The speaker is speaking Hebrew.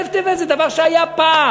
א' טבת זה דבר שהיה פעם.